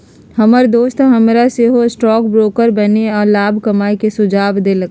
हमर दोस हमरा सेहो स्टॉक ब्रोकर बनेके आऽ लाभ कमाय के सुझाव देलइ